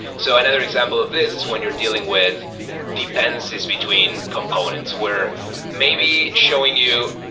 so another example of this is when you're dealing with dependencies between components where maybe showing you,